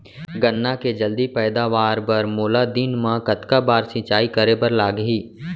गन्ना के जलदी पैदावार बर, मोला दिन मा कतका बार सिंचाई करे बर लागही?